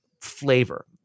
flavor